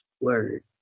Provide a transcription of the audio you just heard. word